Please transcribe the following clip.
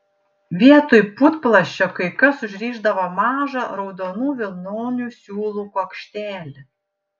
vietoj putplasčio kai kas užrišdavo mažą raudonų vilnonių siūlų kuokštelį